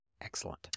Excellent